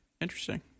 Interesting